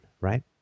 right